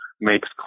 makes